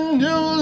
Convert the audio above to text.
new